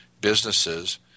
businesses